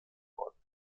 worden